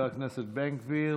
של חבר הכנסת בן גביר,